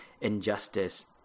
injustice